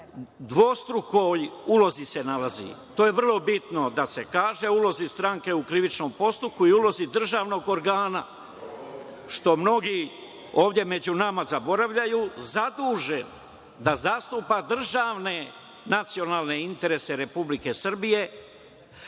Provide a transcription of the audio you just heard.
dvostrukoj ulozi se nalazi i to je vrlo bitno da se kaže o ulozi stranke u krivičnom postupku i o ulozi državnog organa, što mnogi ovde među nama zaboravljaju, zadužen da zastupa državne nacionalne interese Republike Srbije,